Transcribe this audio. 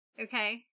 okay